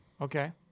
okay